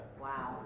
Wow